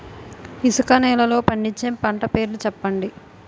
ఇసుక నేలల్లో పండించే పంట పేర్లు తెలపండి?